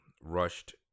rushed